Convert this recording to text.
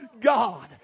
God